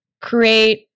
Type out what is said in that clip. create